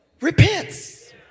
repents